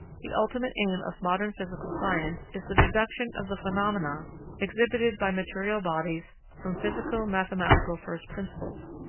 the ultimate aim of modern physical science is the deduction of the phenomena exhibited by material bodies from physico-mathematical first principles.